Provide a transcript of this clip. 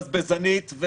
בזבזנית,